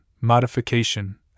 modification